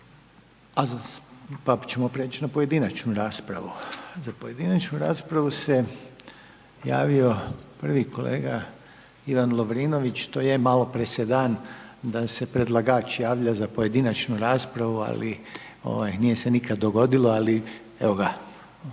pa ćemo preći na pojedinačnu raspravu. Za pojedinačnu raspravu se javio prvi kolega Ivan Lovrinović to je malo presedan da se predlagač javio za pojedinačnu raspravu, ali ovaj nije se nikad dogodilo, ali evo ga